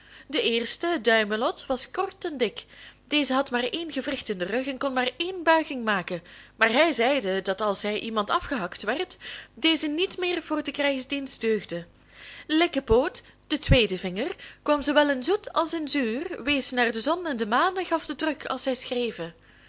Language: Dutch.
de eerste duimelot was kort en dik deze had maar één gewricht in den rug en kon maar één buiging maken maar hij zeide dat als hij iemand afgehakt werd deze niet meer voor den krijgsdienst deugde likkepoot de tweede vinger kwam zoowel in zoet als in zuur wees naar de zon en de maan en gaf den druk als zij schreven